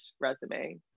resume